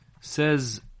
says